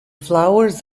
flowers